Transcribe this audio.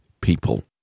people